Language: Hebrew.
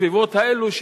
בסביבות האלו,